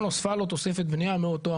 על הצעת חוק התכנון והבנייה (תיקון מס'